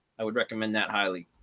i would recommend that highly.